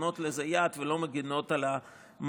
נותנות לזה יד ולא מגינות על המערכת,